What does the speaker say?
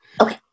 Okay